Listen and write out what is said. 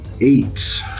eight